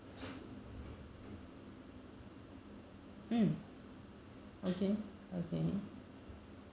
um okay okay